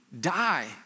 die